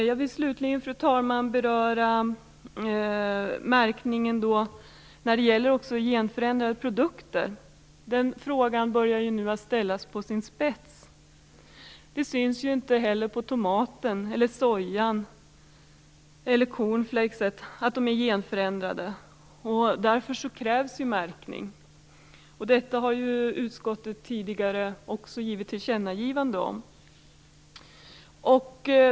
Jag vill slutligen, fru talman, beröra märkningen när det gäller genförändrade produkter. Den frågan börjar nu ställas på sin spets. Det syns inte på tomater, på soja eller på cornflakes att de är genförändrade, och därför krävs det märkning. Detta har också utskottet tidigare gjort ett tillkännagivande om.